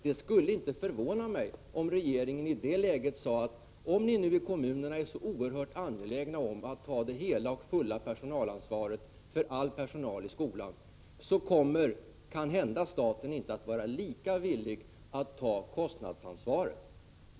Det skulle inte förvåna mig, om regeringen i det läget sade att om kommunerna är så oerhört angelägna om att ta det hela och fulla personalansvaret för skolans personal, så kommer kanhända staten inte att vara lika villig att ta kostnadsansvaret.